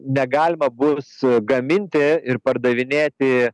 negalima bus gaminti ir pardavinėti